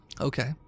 Okay